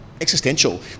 existential